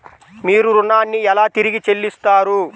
మీరు ఋణాన్ని ఎలా తిరిగి చెల్లిస్తారు?